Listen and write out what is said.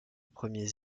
premiers